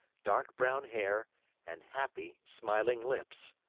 dark brown hair and happy, smiling lips.